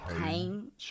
pain